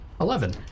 Eleven